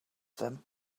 them